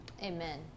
Amen